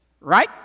right